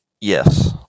yes